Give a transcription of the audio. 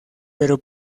pero